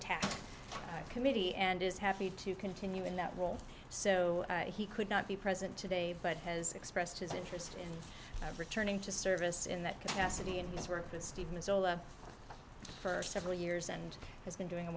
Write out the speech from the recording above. tech committee and is happy to continue in that role so he could not be present today but has expressed his interest in returning to service in that capacity and his work with steve mazola for several years and has been doing a